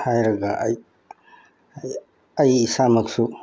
ꯍꯥꯏꯔꯒ ꯑꯩ ꯑꯩ ꯑꯩ ꯏꯁꯥꯃꯛꯁꯨ